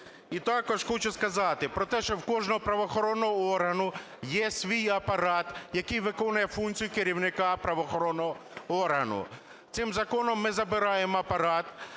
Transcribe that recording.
І також хочу сказати про те, що в кожного правоохоронного органу є свій апарат, який виконує функцію керівника правоохоронного органу. Цим законом ми забираємо апарат,